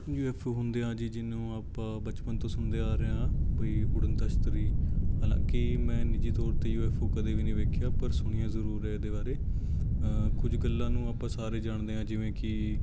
you F O ਹੁੰਦੇ ਆ ਜੀ ਜਿਹਨੂੰ ਆਪਾਂ ਬਚਪਨ ਤੋਂ ਸੁਣਦੇ ਆ ਰਹੇ ਹਾਂ ਬਈ ਉੱਡਣ ਦਸਤਰੀ ਹਾਲਾਂਕਿ ਮੈਂ ਨਿੱਜੀ ਤੌਰ 'ਤੇ ਯੂ ਐੱਫ ਓ ਕਦੇ ਵੀ ਨਹੀਂ ਵੇਖਿਆ ਪਰ ਸੁਣਿਆ ਜ਼ਰੂਰ ਹੈ ਇਹਦੇ ਬਾਰੇ ਕੁਝ ਗੱਲਾਂ ਨੂੰ ਆਪਾਂ ਸਾਰੇ ਜਾਣਦੇ ਹਾਂ ਜਿਵੇਂ ਕਿ